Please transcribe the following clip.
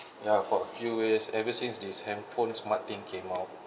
ya for a few years ever since these handphone smart thing came out